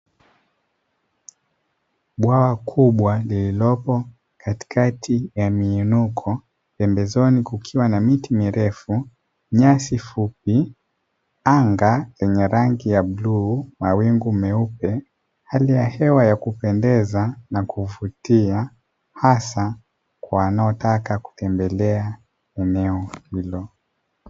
Bwawa kubwa lililopo katikati ya miinuko pembezoni kukiwa na: miti mirefu, nyasi fupi, anga lenye rangi ya bluu, mawingu meupe, hali ya hewa ya kupendeza na kuvutia hasa kwa wanaotaka kutembelea eneo hilo.